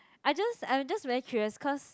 I just I'm just very curious cause